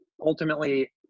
ultimately